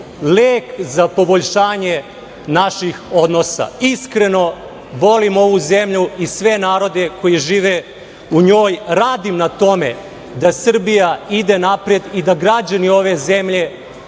lek za poboljšanje naših odnosa. Iskreno volim ovu zemlju i sve narode koji žive u njoj. Radim na tome da Srbija ide napred i da građani ove zemlje